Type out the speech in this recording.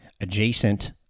adjacent